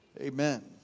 Amen